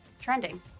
Trending